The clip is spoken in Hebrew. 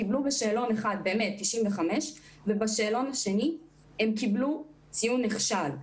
קיבלו בשאלון אחד 95 אבל בשאלון השני קיבלו ציון נכשל.